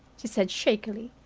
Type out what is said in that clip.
she said shakily.